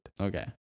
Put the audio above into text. Okay